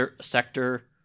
sector